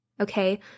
okay